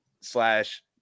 slash